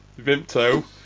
Vimto